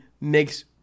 makes